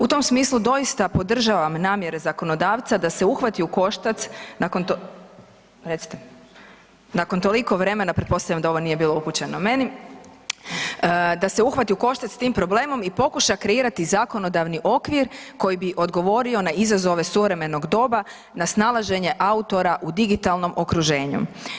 U tom smislu doista podržavam namjere zakonodavca da se uhvati u koštac nakon, recite, nakon toliko vremena, pretpostavljam da ovo nije bilo upućeno meni, da se uhvati u koštac s tim problemom i pokuša kreirati zakonodavni okvir koji bi odgovorio na izazove suvremenog doba, na snalaženje autora u digitalnom okruženju.